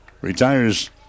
retires